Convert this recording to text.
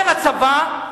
אומר הצבא: